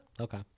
Okay